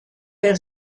der